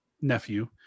nephew